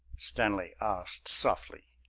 stanley asked softly.